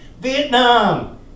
Vietnam